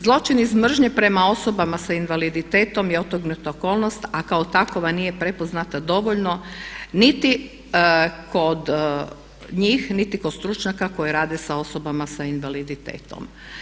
Zločin iz mržnje prama osoba sa invaliditetom je otegotna okolnost a kao takva nije prepoznata dovoljno niti kod njih, niti kod stručnjaka koji rade sa osobama sa invaliditetom.